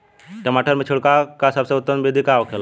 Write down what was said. टमाटर में छिड़काव का सबसे उत्तम बिदी का होखेला?